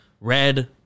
Red